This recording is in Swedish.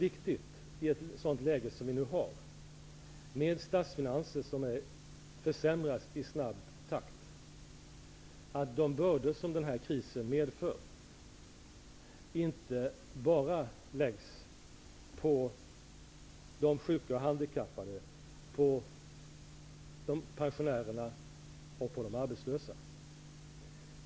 I det läge som vi nu har, med statsfinanser som försämras i snabb takt, är det viktigt att de bördor som den här krisen medför inte bara läggs på sjuka, handikappade, pensionärer och arbetslösa.